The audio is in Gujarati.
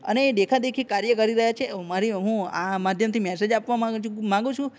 અને એ દેખાદેખી કાર્ય કરી રહ્યા છે મારી હું આ માધ્યમથી મેસેજ આપવા માંગુ છું માગું છું